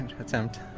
attempt